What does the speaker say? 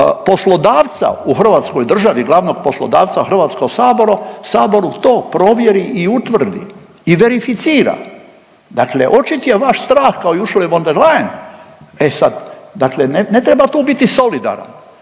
poslodavca u Hrvatskoj državi, glavnog poslodavca u Hrvatskom saboru, to provjeri i utvrdi i verificira. Dakle očit je vaš strah kao i Ursule von der Leyen. E sad, dakle ne treba tu biti solidaran